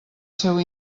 seu